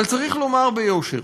אבל צריך לומר ביושר